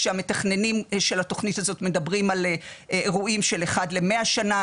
כשהמתכננים של התכנית הזאת מדברים על אירועים של 1 ל-100 שנה.